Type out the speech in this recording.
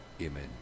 amen